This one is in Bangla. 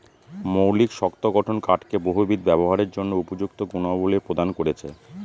মৌলিক শক্ত গঠন কাঠকে বহুবিধ ব্যবহারের জন্য উপযুক্ত গুণাবলী প্রদান করেছে